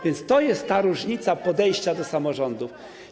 Więc to jest ta różnica w podejściu do samorządów.